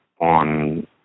on